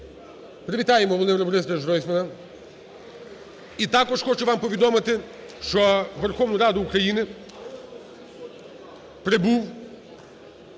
Привітаємо Володимира Борисовича Гройсмана. (Оплески) І також хочу вам повідомити, що у Верховну Раду України прибув